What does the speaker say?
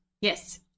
Yes